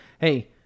Hey